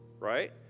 right